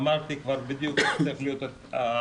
אמרתי כבר בדיוק איך צריך להיות התיקון,